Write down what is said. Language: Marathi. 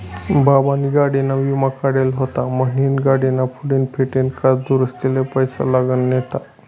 बाबानी गाडीना विमा काढेल व्हता म्हनीन गाडीना पुढला फुटेल काच दुरुस्तीले पैसा लागना नैत